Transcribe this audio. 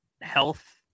health